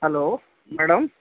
hello madam